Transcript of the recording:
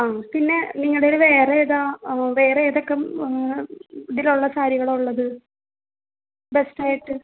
ആ പിന്നെ നിങ്ങടയിൽ വേറേതാ ആ വേറെതക്കെ ഇതിലുള്ള സാരികളുള്ളത് ബെസ്റ്റായിട്ട്